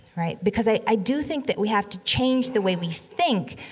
right? because i i do think that we have to change the way we think,